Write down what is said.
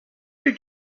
two